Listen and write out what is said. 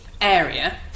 area